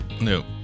No